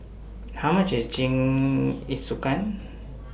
How much IS Jingisukan